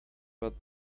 about